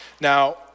Now